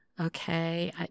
Okay